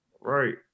Right